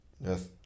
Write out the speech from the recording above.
Yes